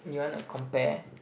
you wanna compare